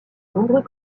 nombreux